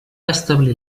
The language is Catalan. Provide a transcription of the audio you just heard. establir